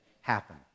happen